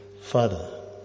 Father